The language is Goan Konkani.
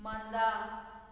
मंदा